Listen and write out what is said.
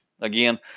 Again